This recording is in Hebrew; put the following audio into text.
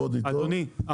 אדוני,